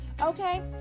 Okay